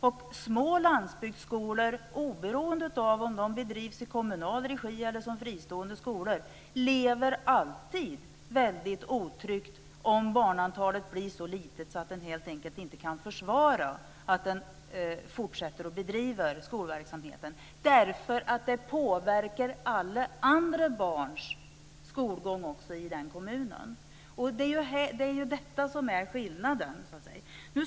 Och små landsbygdsskolor, oberoende av om de bedrivs i kommunal regi eller som fristående skolor, lever alltid väldigt otryggt om antalet barn blir så litet att man helt enkelt inte kan försvara en fortsatt drift av skolverksamheten, därför att det också påverkar skolgången för alla andra barn i den kommunen. Det är ju detta som är skillnaden.